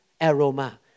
aroma